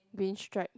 green stripe